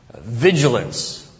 vigilance